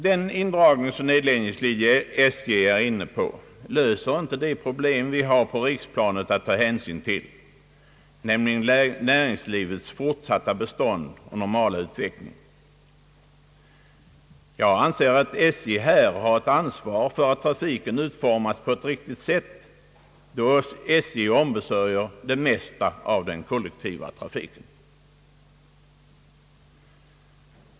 Den indragningsoch nedläggningspolitik SJ är inne på tar inte hänsyn till de problem vi har på riksplanet, nämligen näringslivets fortsatta bestånd och normala utveckling. SJ bär ansvaret för att trafiken utformas på ett riktigt sätt, eftersom det är SJ som ombesörjer det mesta av den kollektiva trafiken.